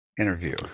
interview